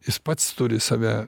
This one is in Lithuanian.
jis pats turi save